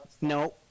No